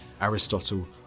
Aristotle